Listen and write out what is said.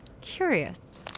Curious